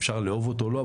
אפשר לאהוב אותו או לא,